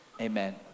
amen